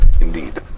Indeed